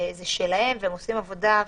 זה שלהם והם עושים עבודה,